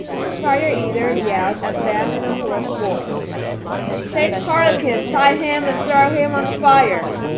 fire eater yelled at them in a hoarse voice take harlequin, tie him, and throw him on the fire.